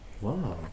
Wow